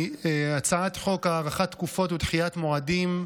הצעת חוק הארכת תקופות ודחיית מועדים,